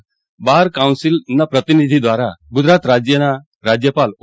Gujarat bar કાઉન્સીલના પ્રતિનિધિમંડળ દ્વારા ગુજરાત રાજ્યના રાજ્યપાલ ઓ